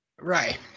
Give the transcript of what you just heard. Right